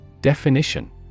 Definition